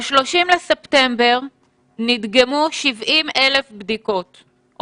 ב-30 בספטמבר נדגמו 70,000 בדיקות,